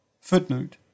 Footnote